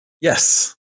Yes